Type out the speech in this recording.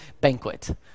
banquet